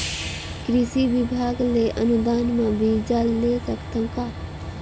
कृषि विभाग ले अनुदान म बीजा ले सकथव का?